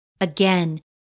again